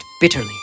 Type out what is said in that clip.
bitterly